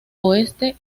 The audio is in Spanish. oeste